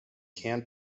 can